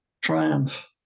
triumph